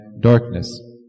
darkness